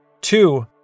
Two